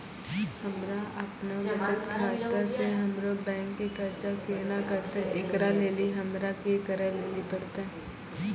हमरा आपनौ बचत खाता से हमरौ बैंक के कर्जा केना कटतै ऐकरा लेली हमरा कि करै लेली परतै?